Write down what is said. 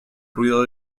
ruido